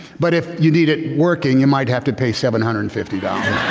but if you need it working in might have to pay seven hundred and fifty dollars